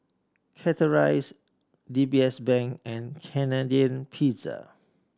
Chateraise D B S Bank and Canadian Pizza